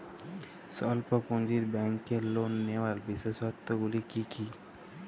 স্বল্প পুঁজির ব্যাংকের লোন নেওয়ার বিশেষত্বগুলি কী কী?